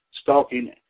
stalking